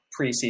preseason